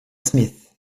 smith